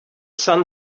sun